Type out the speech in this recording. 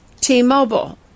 T-Mobile